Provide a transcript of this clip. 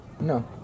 No